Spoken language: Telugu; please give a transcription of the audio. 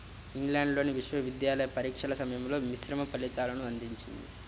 ఇంగ్లాండ్లోని విశ్వవిద్యాలయ పరీక్షల సమయంలో మిశ్రమ ఫలితాలను అందించింది